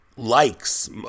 likes